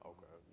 Okay